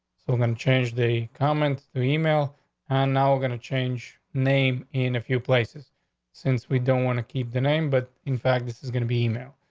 so then change the comment through email on now. we're gonna change name in a few places since we don't want to keep the name. but in fact, this is gonna be email.